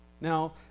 Now